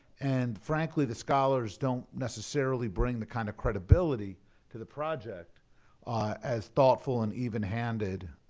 and frankly, the scholars don't necessarily bring the kind of credibility to the project as thoughtful and even-handed